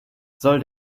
soll